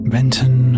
Benton